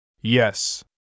Yes